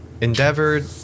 endeavored